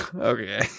Okay